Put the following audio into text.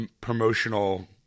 promotional –